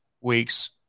weeks